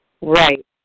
Right